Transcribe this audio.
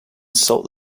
salt